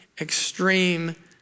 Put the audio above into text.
extreme